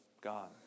God